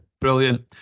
Brilliant